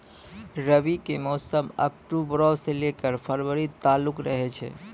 रबी के मौसम अक्टूबरो से लै के फरवरी तालुक रहै छै